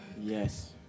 Yes